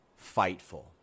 Fightful